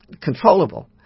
controllable